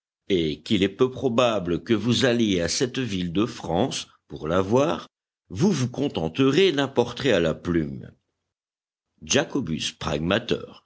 et qu'il est peu probable que vous alliez à pour la voir vous vous contenterez d'un portrait à la plume jacobus pragmater